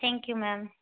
thank you ma'am